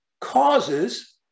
causes